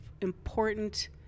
important